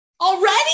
Already